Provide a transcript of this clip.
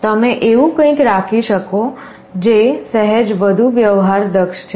તમે એવું કંઈક રાખી શકો જે સહેજ વધુ વ્યવહારદક્ષ છે